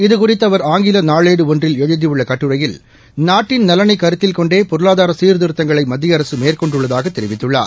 இதுகுறித்துஅவர் ஆங்கிலநாளேடுஒன்றில் எழுதியுள்ளகட்டுரையில் நாட்டின் நலனைக் கருத்தில் கொண்டேபொருளாதாரசீர்திருத்தங்களைமத்திய அரசுமேற்கொண்டுள்ளதாகதெரிவித்துள்ளார்